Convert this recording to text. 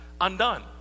undone